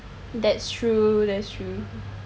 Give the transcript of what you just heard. that's true that's true